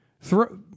throw